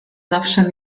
zawsze